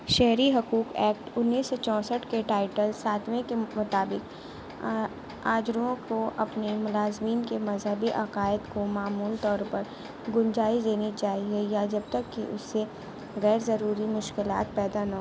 شہری حقوق ایکٹ انیس سو چونسٹھ کے ٹائٹل ساتویں کے مطابق آجروں کو اپنے ملازمین کے مذہبی عقائد کو معمول طور پر گنجائش دینی چاہیے یا جب تک کہ اس سے غیر ضروری مشکلات پیدا نہ